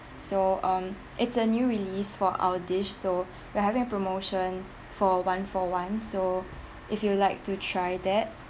so um it's a new release for our dish so we're having promotion for one for one so if you'd like to try that